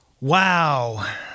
Wow